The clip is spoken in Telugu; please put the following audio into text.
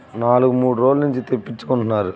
నాలుగు మూడు రోజుల నుంచి తిప్పించుకుంటున్నారు